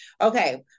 Okay